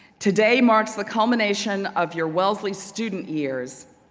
today marks the culmination of your wellesley student years.